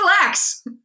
relax